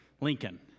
Lincoln